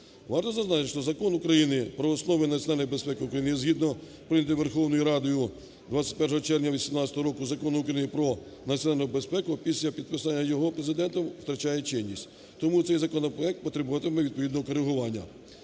Варто зазначити, що Закон України "Про основи національної безпеки України" і, згідно прийнятого Верховною Радою 21 червня 2018 року Закону України про національну безпеку, після підписання його Президентом втрачає чинність. Тому цей законопроект потребуватиме відповідного корегування.